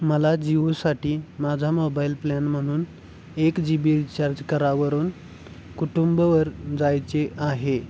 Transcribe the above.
मला जिओसाठी माझा मोबाईल प्लॅन म्हणून एक जी बी रिचार्ज करावरून कुटुंबवर जायचे आहे